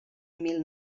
mil